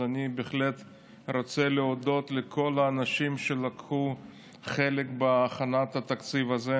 אז אני בהחלט רוצה להודות לכל האנשים שלקחו חלק בהכנת התקציב הזה,